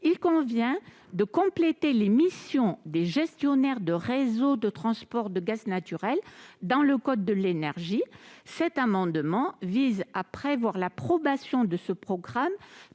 il convient de compléter les missions des gestionnaires de réseaux de transport de gaz naturel dans le code de l'énergie. Cet amendement vise à prévoir l'approbation de ce programme